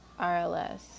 RLS